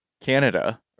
Canada